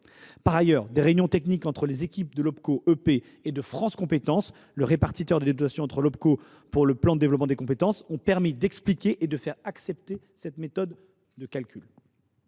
Par ailleurs, des réunions techniques entre les équipes de l’Opco EP et de France Compétences – le répartiteur des dotations entre Opco pour le PDC – ont permis d’expliquer et de faire accepter cette méthode de calcul.